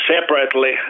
separately